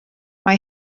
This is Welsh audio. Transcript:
mae